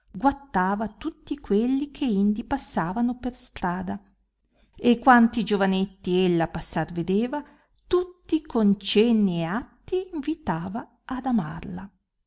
guattava tutti quelli che indi passavano per strada e quanti giovanetti ella passar vedeva tutti con cenni e atti invitava ad amarla